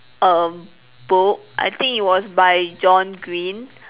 err book I think it was by John Green